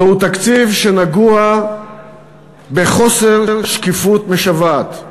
זהו תקציב שנגוע בחוסר שקיפות משוועת.